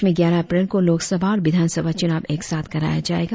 प्रदेश में ग्यारह अप्रैल को लोक सभा और विधान सभा चुनाव एक साथ कराया जाएगा